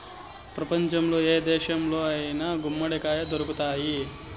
ప్రపంచంలో ఏ దేశంలో అయినా గుమ్మడికాయ దొరుకుతాయి